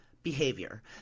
behavior